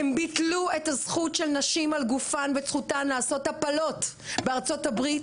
הם ביטלו את הזכות של נשים על גופן ואת זכותן לעשות הפלות בארצות הברית.